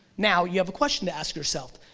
now you have a question to ask yourself,